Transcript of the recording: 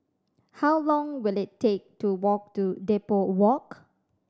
how long will it take to walk to Depot Walk